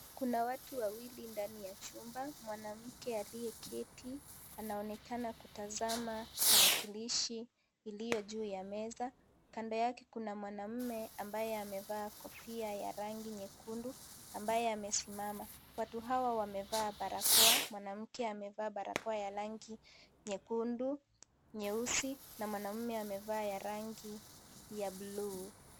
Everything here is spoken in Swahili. Kuna watu wawili ndani ya chumba, mwanamke aliyeketi anaonekana kutazama tarakilishi iliyo juu ya meza, kando yake kuna mwanaume ambaye amevaa kofia ya rangi nyekundu ambaye amesimama. Watu hawa, wamevaa barakoa mwanamke amevaa barakoa ya rangi nyekundu nyeusi na mwanaume amevaa ya rangi ya buluu.